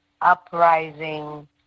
uprising